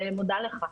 ומודה לך.